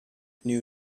knew